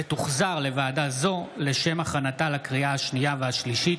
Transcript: ותוחזר לוועדה זו לשם הכנתה לקריאה השנייה והשלישית.